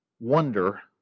wonder